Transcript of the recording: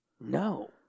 No